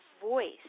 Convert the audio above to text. voice